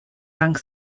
dank